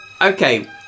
okay